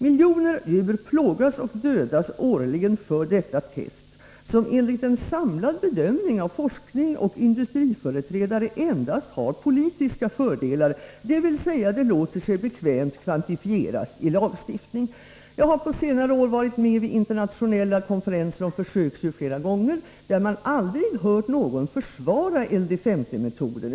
Miljoner djur plågas och dödas årligen för detta test, som enligt en samlad bedömning av forskare och industriföreträdare endast har politiska fördelar, dvs. det låter sig bekvämt kvantifieras i lagstiftning. Jag har på senare år flera gånger varit med vid internationella konferenser om försöksdjur, där man aldrig hört någon försvara LD50-metoden.